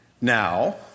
Now